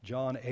John